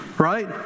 Right